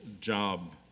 job